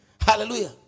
Hallelujah